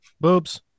Boobs